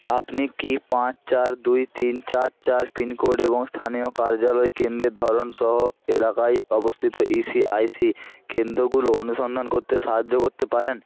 আপনি কি পাঁচ চার দুই তিন চার চার পিনকোড এবং স্থানীয় কার্যালয় কেন্দ্রের ধরন সহ এলাকায় অবস্থিত ই সি আই সি কেন্দ্রগুলো অনুসন্ধান করতে সাহায্য করতে পারেন